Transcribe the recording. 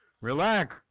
Relax